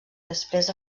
després